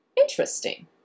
interesting